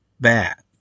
bad